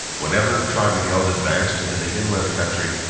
whenever tribigild advanced into the inland country,